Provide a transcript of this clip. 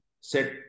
set